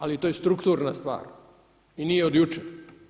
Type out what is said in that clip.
Ali to je strukturna stvar i nije od jučer.